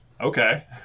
okay